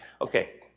Okay